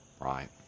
right